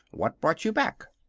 what brought you back?